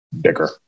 bigger